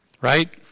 Right